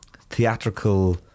theatrical